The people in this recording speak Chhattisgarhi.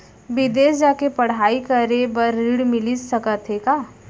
बिदेस जाके पढ़ई करे बर ऋण मिलिस सकत हे का?